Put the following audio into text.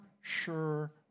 sure